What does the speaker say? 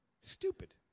Stupid